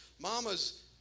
mamas